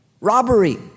Robbery